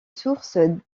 sources